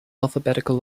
alphabetical